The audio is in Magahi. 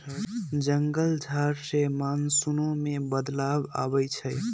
जंगल झार से मानसूनो में बदलाव आबई छई